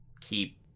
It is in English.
keep